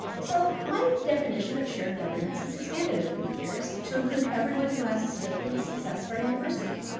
so my definition of shared governance has expanded over the years, to include everyone who has a stake in the success of our university.